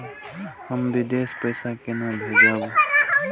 हम विदेश पैसा केना भेजबे?